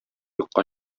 юкка